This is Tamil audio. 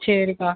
சரி அக்கா